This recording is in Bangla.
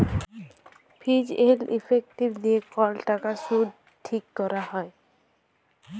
ফিজ এল্ড ইফেক্টিভ দিঁয়ে কল টাকার সুদ ঠিক ক্যরা হ্যয়